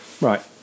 Right